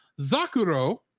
Zakuro